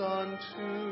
unto